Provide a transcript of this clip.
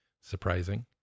surprising